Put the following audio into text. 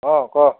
অঁ ক'